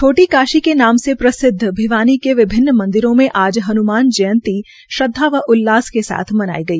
छोटी काशी के नाम से प्रसिद्व भिवानी के विभिन्न मंदिरों से आज हनमान जयंती श्रदवा व उल्लास के साथ मनाई गई